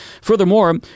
Furthermore